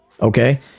Okay